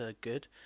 good